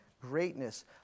greatness